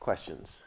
Questions